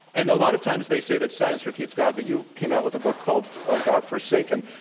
and a lot of times they say that science refutes god, but you came out with a book called god forsaken.